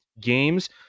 games